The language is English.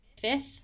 fifth